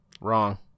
Wrong